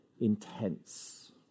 intense